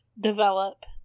develop